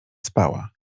spała